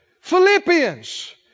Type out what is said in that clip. Philippians